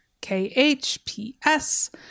K-H-P-S